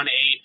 eight